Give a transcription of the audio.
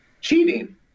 Cheating